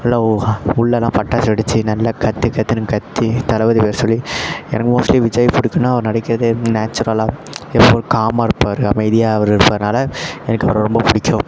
எல்லாம் உள்ளேலாம் பட்டாசு வெடித்து நல்லா கத்து கத்துன்னு கத்தி தளபதி பேரை சொல்லி எனக்கு மோஸ்ட்லி விஜய் பிடிக்கும் ஏன்னா அவர் நடிக்கிறதே நேச்சுரலாக எப்பவும் போல் காமாக இருப்பார் அமைதியாக அவரு இருப்பாரா எனக்கு அவரை ரொம்ப பிடிக்கும்